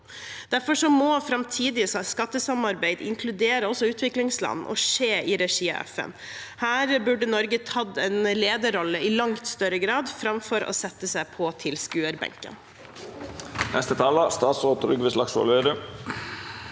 Derfor må framtidige skattesamarbeid også inkludere utviklingsland og skje i regi av FN. Her burde Norge tatt en lederrolle i langt større grad framfor å sette seg på tilskuerbenken.